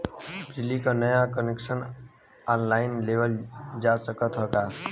बिजली क नया कनेक्शन ऑनलाइन लेवल जा सकत ह का?